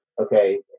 okay